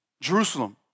Jerusalem